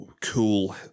cool